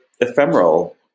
ephemeral